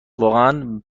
واقعا